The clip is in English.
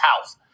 house